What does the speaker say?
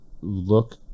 look